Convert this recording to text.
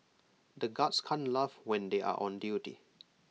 the guards can't laugh when they are on duty